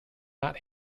not